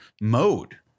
mode